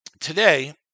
Today